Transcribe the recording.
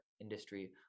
industry